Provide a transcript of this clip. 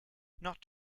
not